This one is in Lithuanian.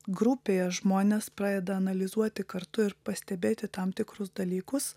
grupėje žmonės pradeda analizuoti kartu ir pastebėti tam tikrus dalykus